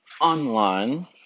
online